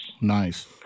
Nice